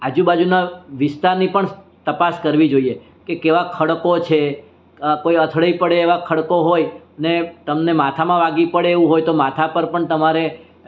આજુબાજુના વિસ્તારની પણ તપાસ કરવી જોઈએ કે કેવા ખડકો છે કોઈ અથડાઈ પડે એવા ખડકો હોય ને તમને માથામાં વાગી પડે એવું હોય તો માથા પર પણ તમારે